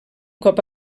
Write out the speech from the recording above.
cop